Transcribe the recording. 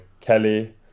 Kelly